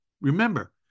Remember